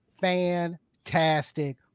Fantastic